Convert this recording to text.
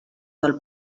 del